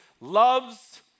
loves